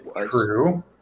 true